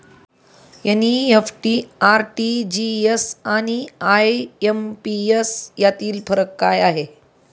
NEFT, RTGS आणि IMPS यामधील फरक काय आहे?